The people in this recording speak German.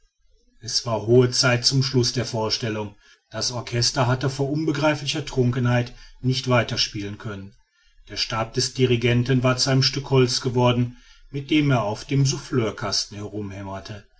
es war hohe zeit zum schluß der vorstellung das orchester hätte vor unbegreiflicher trunkenheit nicht weiter spielen können der stab des dirigenten war zu einem stück holz geworden mit dem er auf dem souffleurkasten